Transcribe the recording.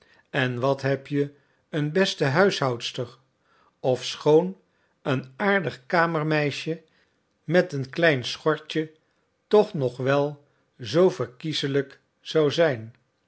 en wat heb je een beste huishoudster ofschoon een aardig kamermeisje met een klein schortje toch nog wel zoo verkieselijk zou zijn